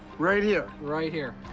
right here? right here.